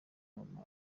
mama